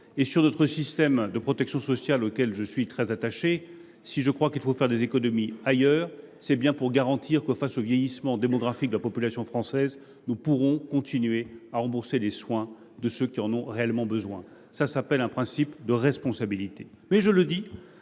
concerne notre système de protection sociale, auquel je suis très attaché, si je crois qu’il faut faire des économies ailleurs, c’est bien pour faire en sorte que, face au vieillissement démographique de la population française, nous puissions continuer à rembourser les soins de ceux qui en ont réellement besoin. Voilà ce qui s’appelle un principe de responsabilité.